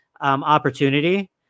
opportunity